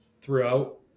throughout